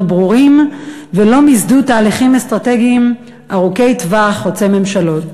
ברורים ולא מיסדו תהליכים אסטרטגיים ארוכי טווח חוצי ממשלות: